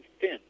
thin